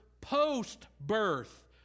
post-birth